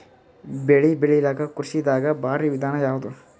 ಬೆಳೆ ಬೆಳಿಲಾಕ ಕೃಷಿ ದಾಗ ಭಾರಿ ವಿಧಾನ ಯಾವುದು?